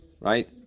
Right